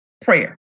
prayer